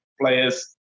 players